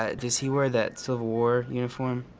ah does he wear that civil war uniform